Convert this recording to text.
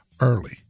early